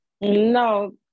No